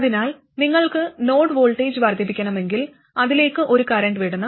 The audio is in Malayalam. അതിനാൽ നിങ്ങൾക്ക് നോഡ് വോൾട്ടേജ് വർദ്ധിപ്പിക്കണമെങ്കിൽ അതിലേക്ക് ഒരു കറന്റ് വിടണം